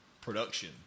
production